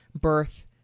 birth